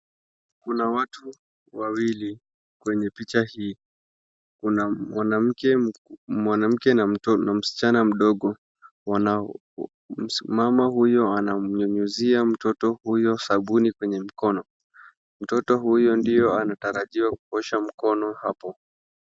Kuna watu wawili kwenye picha hii. Kuna mwanamke na msichana mdogo. Wana, mama huyu anamnyunyuzia mtoto huyo sabuni kwenye mkono. Mtoto huyu ndiyo anatarajiwa kuosha mkono hapo.